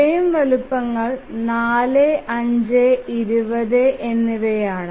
frame വലുപ്പങ്ങൾ 4 5 20 എന്നിവയാണ്